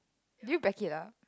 do you back it up